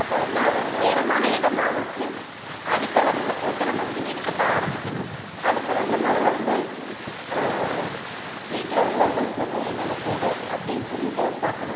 அப்போ வந்து அது உயரமான இடமா வச்சி அடித்தளம் வந்து போட்டு நம்ம வந்து வீடு கட்ட ஆரம்பிக்கணும் அதுக்கு வந்து முதல்ல வந்து வீட்டில உள்ளவங்களுக்கு வந்து என்னென்ன தேவை அப்படின்னு சொல்லிட்டு பார்க்கணும்